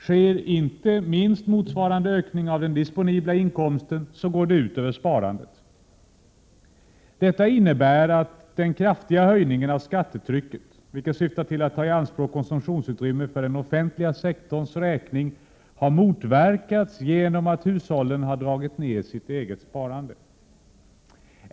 Sker inte minst motsvarande ökning av den disponibla inkomsten, går det ut över sparandet. Detta innebär att den kraftiga höjningen av skattetrycket, vilken syftar till att ta i anspråk konsumtionsutrymme för den offentliga sektorns räkning, har motverkats genom att hushållen har dragit ner sitt sparande.